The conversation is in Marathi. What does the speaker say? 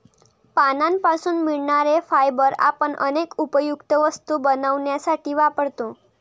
पानांपासून मिळणारे फायबर आपण अनेक उपयुक्त वस्तू बनवण्यासाठी वापरतो